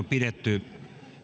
pidetty